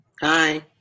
Hi